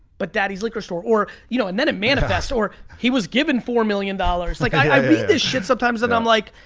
but daddy's liquor store. or, you know and then it manifests, or he was given four million dollars. like i read this shit sometimes, and i'm like,